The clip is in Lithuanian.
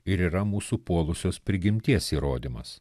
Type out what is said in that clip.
ir yra mūsų puolusios prigimties įrodymas